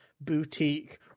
boutique